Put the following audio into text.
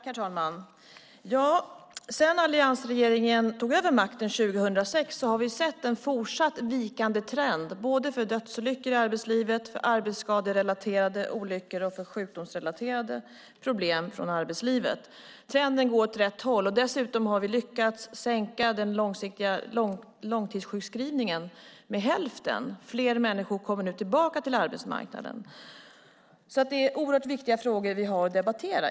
Herr talman! Sedan alliansregeringen tog över makten 2006 har vi sett en fortsatt vikande trend när det gäller dödsolyckor i arbetslivet, arbetsrelaterade olyckor och sjukdomsrelaterade problem från arbetslivet. Trenden går åt rätt håll. Dessutom har vi lyckats minska långtidssjukskrivningen med hälften. Fler människor kommer nu tillbaka till arbetsmarknaden. Det är oerhört viktiga frågor vi har att debattera.